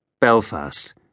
Belfast